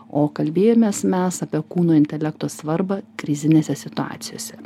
o kalbėjomės mes apie kūno intelekto svarbą krizinėse situacijose